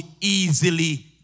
easily